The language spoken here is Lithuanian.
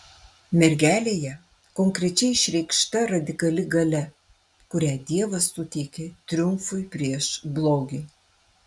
mergelėje konkrečiai išreikšta radikali galia kurią dievas suteikė triumfui prieš blogį